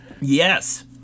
Yes